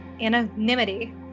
anonymity